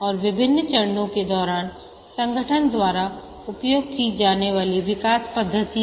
और विभिन्न चरणों के दौरान संगठन द्वारा उपयोग की जाने वाली विकास पद्धति है